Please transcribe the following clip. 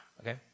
okay